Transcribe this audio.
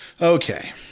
Okay